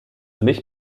mich